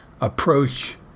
approach